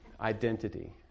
identity